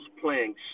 playing